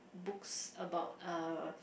books about err